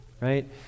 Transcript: right